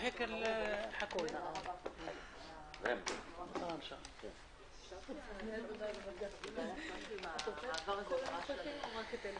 הישיבה ננעלה בשעה 11:50.